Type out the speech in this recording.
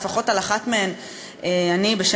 ולפחות על אחת מהן אני כבר הגשתי,